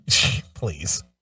Please